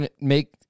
make